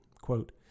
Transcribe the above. quote